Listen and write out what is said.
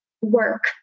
work